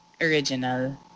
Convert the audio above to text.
original